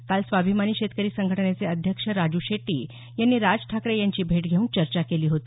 काल स्वाभिमानी शेतकरी संघटनेचे अध्यक्ष राजू शेट्टी यांनी राज ठाकरे यांची भेट घेऊन चर्चा केली होती